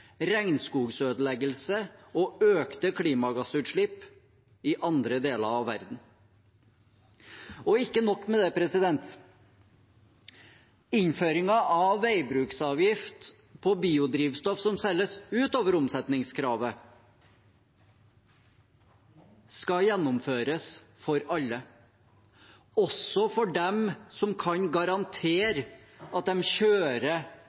regnskogsødeleggelse og økte klimagassutslipp i andre deler av verden. Og ikke nok med det – innføringen av veibruksavgift på biodrivstoff som selges utover omsetningskravet, skal gjennomføres for alle, også for dem som kan garantere at de kjører